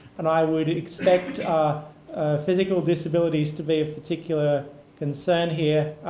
and i would expect physical disabilities to be of particular concern here,